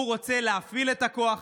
הוא רוצה להפעיל את הכוח.